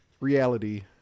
reality